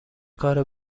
کار